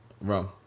Rum